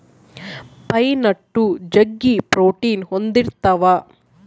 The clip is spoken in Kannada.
ಪೈನ್ನಟ್ಟು ಜಗ್ಗಿ ಪ್ರೊಟಿನ್ ಹೊಂದಿರ್ತವ